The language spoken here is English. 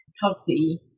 healthy